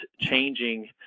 changing